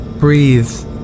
Breathe